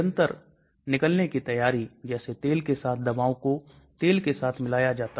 target site पर उपलब्ध दवा की सांद्रता क्या है